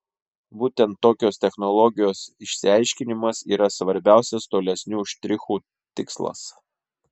būtent tokios technologijos išsiaiškinimas yra svarbiausias tolesnių štrichų tikslas